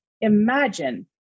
imagine